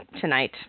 tonight